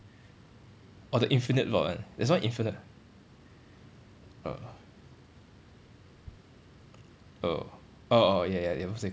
or the infinite rod one there's one infinite oh orh orh ya ya that one same